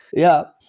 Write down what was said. yeah.